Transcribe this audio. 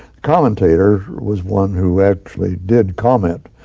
commentator was one who actually did comment,